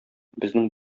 безнең